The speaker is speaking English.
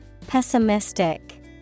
Pessimistic